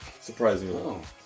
Surprisingly